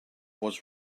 was